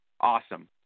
awesome